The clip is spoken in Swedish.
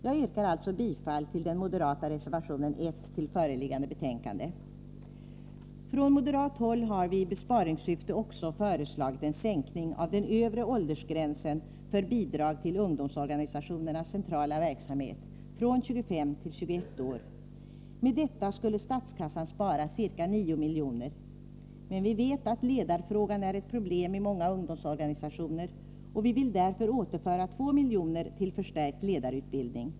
Jag yrkar därför bifall till den moderata reservationen 1 till föreliggande betänkande. Från moderat håll har vi i besparingssyfte också föreslagit en sänkning av den övre åldersgränsen för bidrag till ungdomsorganisationernas centrala verksamhet, från 25 till 21 år. Med detta skulle statskassan spara ca 9 miljoner. Men vi vet att ledarfrågan är ett problem i många ungdomsorganisationer, och vi vill därför återföra 2 miljoner till förstärkt ledarutbildning.